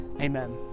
amen